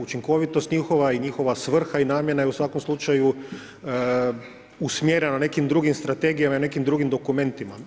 Učinkovitost njihova i njihova svrha i namjena je u svakom slučaju usmjerena u nekim drugim strategijama i nekim drugim dokumentima.